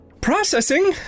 processing